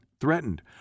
threatened